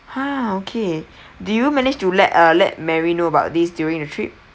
!huh! okay do you manage to let uh let mary knew about these during the trip